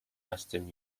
western